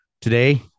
Today